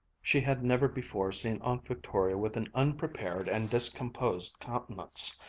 she had never before seen aunt victoria with an unprepared and discomposed countenance.